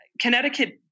Connecticut